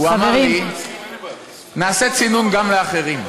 הוא אמר לי: נעשה צינון גם לאחרים.